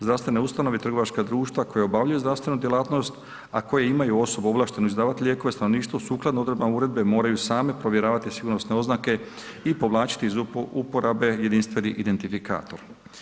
Zdravstvene ustanove, trgovačka društva koja obavljaju zdravstvenu djelatnosti, a koje imaju osobu ovlaštenu izdavati lijekove stanovništvu sukladno odredbama uredbe moraju same provjeravati sigurnosne oznake i povlačiti iz uporabe jedinstveni identifikator.